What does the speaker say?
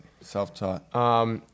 Self-taught